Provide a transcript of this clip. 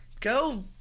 go